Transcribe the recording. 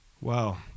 Wow